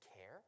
care